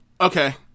Okay